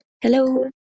hello